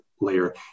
layer